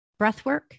breathwork